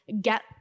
get